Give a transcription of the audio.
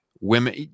women